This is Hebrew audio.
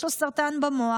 יש לו סרטן במוח,